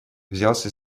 взялся